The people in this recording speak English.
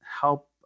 help